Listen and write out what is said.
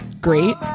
great